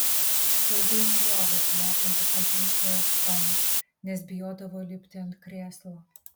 ilgainiui liovėsi lepintis ant minkštojo aksomo nes bijodavo lipti ant krėslo